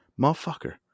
Motherfucker